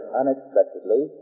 unexpectedly